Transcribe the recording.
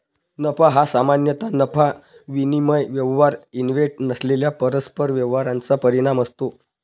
नफा हा सामान्यतः नफा विनिमय व्यवहार इव्हेंट नसलेल्या परस्पर व्यवहारांचा परिणाम असतो